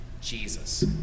jesus